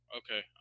okay